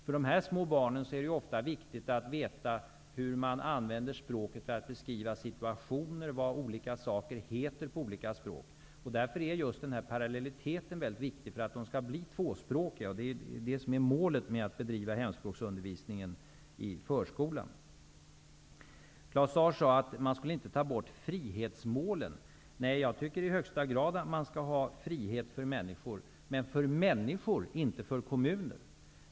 För de här små barnen är det ofta viktigt att veta hur man använder språket för att beskriva situationer, vad olika saker heter på olika språk, och därför är just parallelliteten mycket viktig för att de skall bli tvåspråkiga, vilket är målet för hemspråksundervisningen i förskolan. Claus Zaar säger att man inte skall ta bort frihetsmålen. Nej, det skall i högsta grad finnas frihet för människor -- men inte för kommuner.